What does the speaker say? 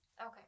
Okay